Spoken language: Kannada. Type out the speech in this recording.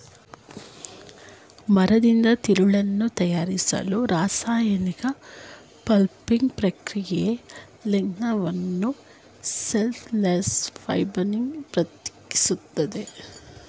ಮರದಿಂದ ತಿರುಳನ್ನು ತಯಾರಿಸಲು ರಾಸಾಯನಿಕ ಪಲ್ಪಿಂಗ್ ಪ್ರಕ್ರಿಯೆಯು ಲಿಗ್ನಿನನ್ನು ಸೆಲ್ಯುಲೋಸ್ ಫೈಬರ್ನಿಂದ ಪ್ರತ್ಯೇಕಿಸ್ತದೆ